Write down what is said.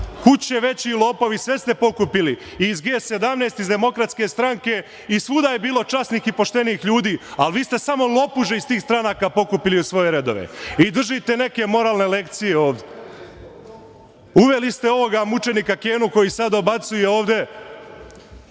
Kud će veći lopovi? Sve ste pokupili i iz G17 iz DS.Svuda je bilo časnih i poštenih ljudi, ali vi ste samo lopuže iz tih stranaka pokupili u svoje redove i držite neke moralne lekcije ovde. Uveli ste ovoga mučenika Kenu, koji sad dobacuje ovde,